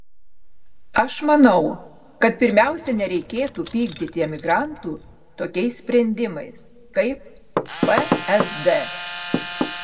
aš manau kad pirmiausia nereikėtų pykdyti emigrantų tokiais sprendimais kaip psd